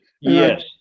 Yes